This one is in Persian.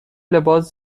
لباس